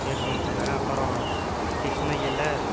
ஏற்றுமதி பண்ணறாங்க அப்பறம் கிருஷ்ணகிரியில்